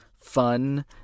fun